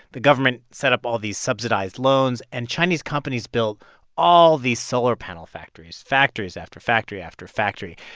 the government set up all these subsidized loans, and chinese companies built all these solar panel factories factories after factory after factory.